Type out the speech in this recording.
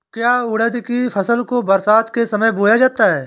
क्या उड़द की फसल को बरसात के समय बोया जाता है?